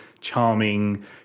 charming